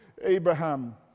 Abraham